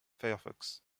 firefox